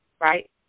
Right